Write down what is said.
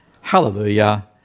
Hallelujah